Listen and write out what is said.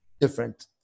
different